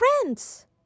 friends